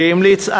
שהמליץ,